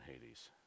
Hades